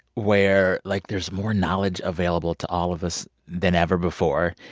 where, like, there's more knowledge available to all of us than ever before,